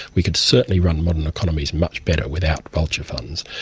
we could certainly run modern economies much better without vulture funds.